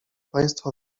państwo